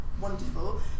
wonderful